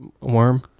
worm